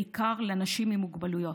בעיקר לאנשים עם מוגבלויות.